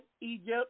Egypt